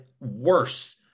worse